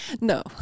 No